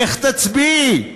איך תצביעי?